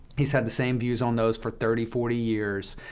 he's had the same views on those for thirty, forty years.